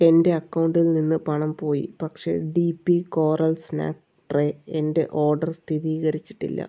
എന്റെ അക്കൗണ്ടിൽ നിന്ന് പണം പോയി പക്ഷേ D P coral snack tray എന്റെ ഓർഡർ സ്ഥിരീകരിച്ചിട്ടില്ല